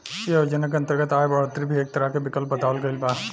ऐ योजना के अंतर्गत आय बढ़ोतरी भी एक तरह विकल्प बतावल गईल बा